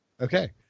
Okay